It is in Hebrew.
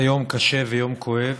זה יום קשה ויום כואב,